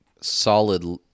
solid